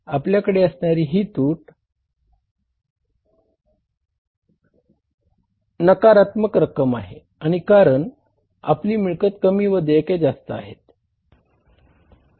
आपल्याकडे असणारी ही तूट असणारी नकारात्मक रक्कम आहे कारण आपली मिळकत कमी व देयके जास्त आहे